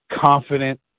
confident